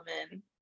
women